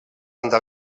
entrar